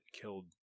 killed